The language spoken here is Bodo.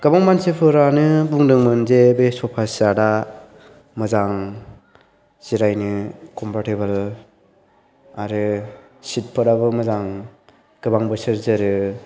गोबां मानसिफोरानो बुंदोंमोन जे बे स'फा सेत आ मोजां जिरायनो कम्फ'र्टेबोल आरो सिट फोराबो मोजां गोबां बोसोर जोरो